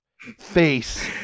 face